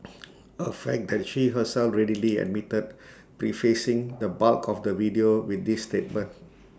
A fact that she herself readily admitted prefacing the bulk of the video with this statement